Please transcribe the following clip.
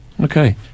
Okay